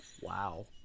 wow